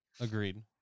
agreed